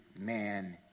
man